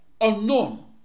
unknown